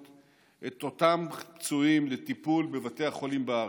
את אותם פצועים לטיפול בבתי החולים בארץ.